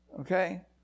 Okay